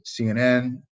CNN